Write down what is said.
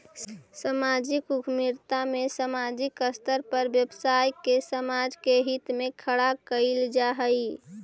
सामाजिक उद्यमिता में सामाजिक स्तर पर व्यवसाय के समाज के हित में खड़ा कईल जा हई